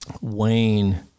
Wayne